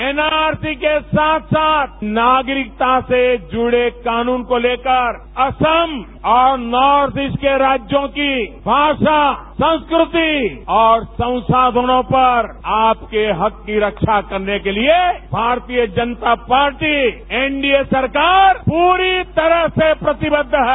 N R C के साथ साथ नागरिकता से जुड़े कानून को लेकर असम और नॉर्थ ईस्ट के राज्यों की भाषा संस्कृति और संसाधनों पर आप के हक की रक्षा करने के लिए भारतीय जनता पार्टी एनडीए सरकार प्ररी तरह से प्रतिबद्ध है